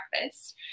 breakfast